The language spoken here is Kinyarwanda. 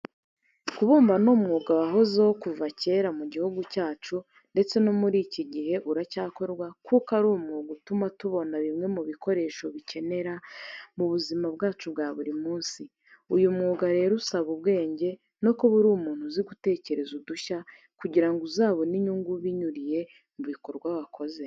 Kubumba ni umwuga wahozeho kuva kera mu gihugu cyacu ndetse no muri iki gihe uracyakorwa kuko ari umwuga utuma tubona bimwe mu bikoresho dukenera mu buzima bwacu bwa buri munsi. Uyu mwuga rero usaba ubwenge no kuba uri umuntu uzi gutekereza udushya kugira ngo uzabone inyungu binyuriye mu bikorwa wakoze.